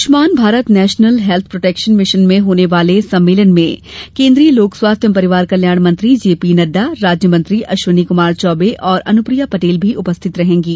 Ayushman Bharat national health protection mission में होने वाले सम्मेलन में केन्द्रीय लोक स्वास्थ्य एवं परिवार कल्याण मंत्री जेपी नड़डा राज्य मंत्री अश्विनी क्मार चौबे और अनुप्रिया पटेल भी उपस्थित रहेंगे